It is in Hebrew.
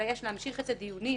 אלא יש להמשיך את הדיונים